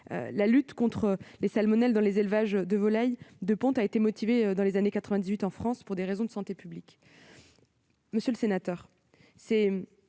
La lutte contre les salmonelles dans les élevages de volailles de ponte a été motivée, dès 1998 en France, par des raisons de santé publique. C'est à cette